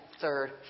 third